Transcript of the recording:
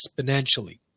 exponentially